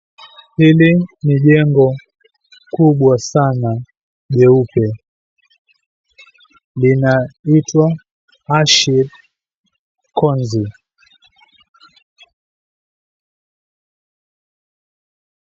Hili ni jengo kubwa sana leupe, linaitwa Hashir Konzi.